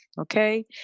Okay